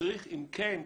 צריך אם כן,